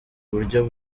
uburyo